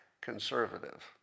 conservative